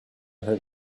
heard